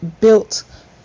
built